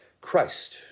Christ